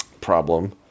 problem